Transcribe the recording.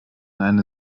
eine